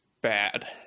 bad